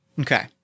Okay